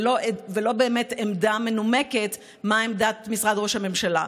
ולא באמת עמדה מנומקת מהי עמדת משרד ראש הממשלה.